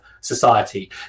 society